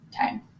time